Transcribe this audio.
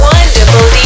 Wonderful